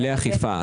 לאכיפה.